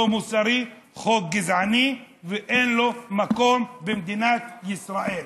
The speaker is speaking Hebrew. לא מוסרי, חוק גזעני, ואין לו מקום במדינת ישראל.